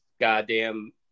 goddamn